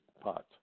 pot